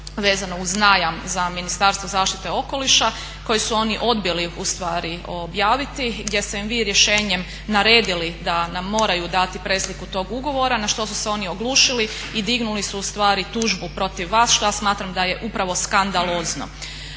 vezano uz najam za Ministarstvo zaštite okoliša koji su oni odbili u stvari objaviti gdje ste im vi rješenjem naredili da nam moraju dati presliku tog ugovora na što su se oni oglušili i dignuli su ustvari tužbu protiv vas što ja smatram da je upravo skandalozno.